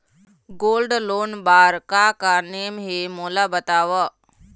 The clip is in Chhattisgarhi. गोल्ड लोन बार का का नेम हे, मोला बताव?